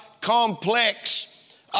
complex